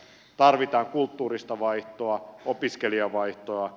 tarvitaan kulttuurista vaihtoa opiskelijavaihtoa